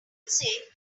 unsafe